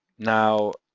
now,